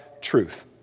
truth